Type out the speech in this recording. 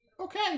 Okay